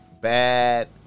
bad